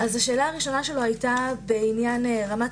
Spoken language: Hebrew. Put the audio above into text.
שאלתו הראשונה היתה בעניין רמת